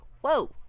whoa